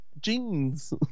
jeans